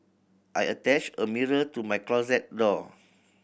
I attached a mirror to my closet door